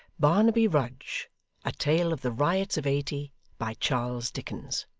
barnaby rudge a tale of the riots of eighty by charles dickens